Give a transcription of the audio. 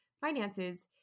finances